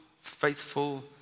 faithful